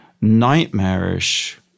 nightmarish